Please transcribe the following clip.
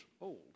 old